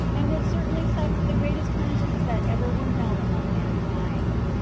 and would certainly suffer the greatest punishments that ever were known among mankind.